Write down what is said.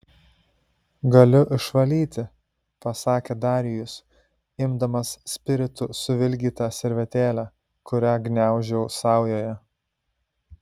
galiu išvalyti pasakė darijus imdamas spiritu suvilgytą servetėlę kurią gniaužiau saujoje